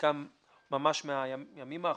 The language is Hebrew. חלקן ממש מהימים האחרונים,